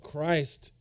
Christ